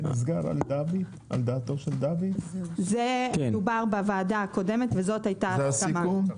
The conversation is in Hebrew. זה דובר בוועדה הקודמת, וזו הייתה ההסכמה.